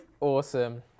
Awesome